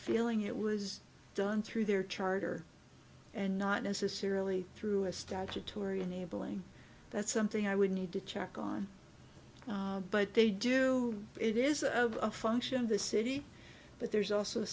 feeling it was done through their charter and not necessarily through a statutory enabling that's something i would need to check on but they do it is a function of the city but there's also a